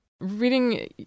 Reading